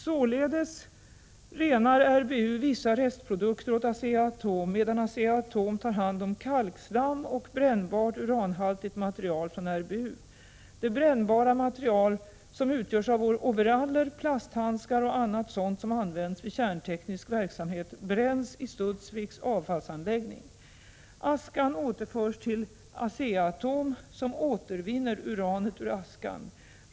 Således renar RBU vissa restprodukter åt Asea Atom, medan Asea-Atom tar hand om kalkslam och brännbart uranhaltigt material ffrån RBU. Det brännbara materialet, som utgörs av overaller, plasthandskar och annat sådant som använts vid kärnteknisk verksamhet, bränns i Studsviks avfallsanläggning. Askan återförs till Asea-Atom, som återvinner uranet ur askan.